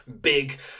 big